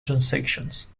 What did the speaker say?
transactions